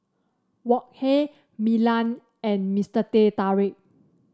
Wok Hey Milan and Mister Teh Tarik